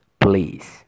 please